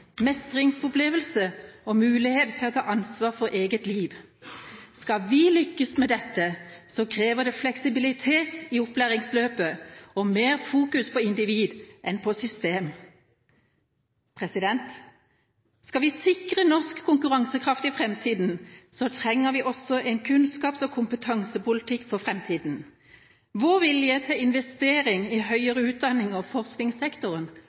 mestringsopplevelse og mulighet til å ta ansvar for eget liv. Skal vi lykkes med dette, krever det fleksibilitet i opplæringsløpet og mer fokus på individ enn på system. Skal vi sikre norsk konkurransekraft i framtida, trenger vi også en kunnskaps- og kompetansepolitikk for framtida. Vår vilje til investering i høyere utdanning og forskningssektoren